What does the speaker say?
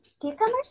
cucumbers